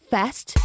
fast